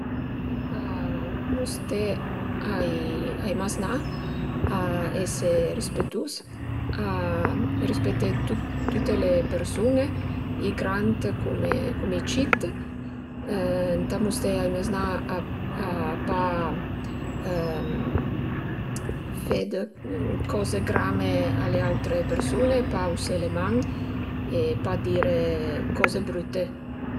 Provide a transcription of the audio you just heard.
Ëntà musté ai maznà a ese rispetus, a rispeté tüte le persun-e, i grand cume cume i cit, ëntà musté ai maznà a a pa fe d'coze grame a le autre persun-e, pa ausé le man e pa dire coze brüte